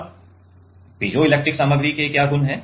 अब पीजोइलेक्ट्रिक सामग्री के क्या गुण है